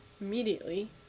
immediately